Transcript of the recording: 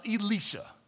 Elisha